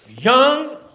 Young